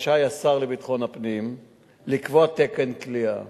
רשאי השר לביטחון הפנים לקבוע תקן כליאה